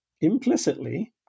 implicitly